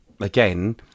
again